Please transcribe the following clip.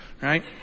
right